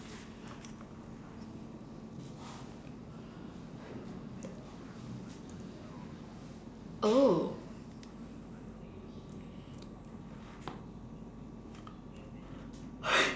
oh